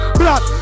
blood